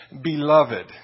Beloved